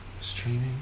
streaming